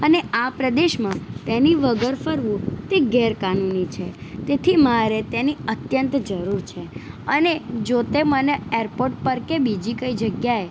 અને આ પ્રદેશમાં તેની વગર ફરવું તે ગેરકાનૂની છે તેથી મારે તેની અત્યંત જરૂર છે અને જો તે મને એરપોટ પર કે બીજી કોઈ જગ્યાએ